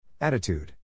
Attitude